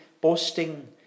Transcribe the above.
boasting